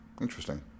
Interesting